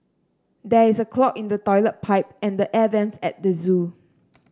there is a clog in the toilet pipe and the air vents at the zoo